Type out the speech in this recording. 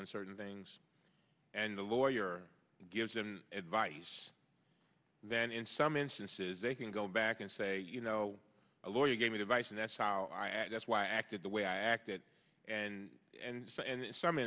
on certain things and the lawyer gives in advice then in some instances they can go back and say you know a lawyer gave me advice and that's how that's why i acted the way i acted and and and in some